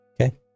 Okay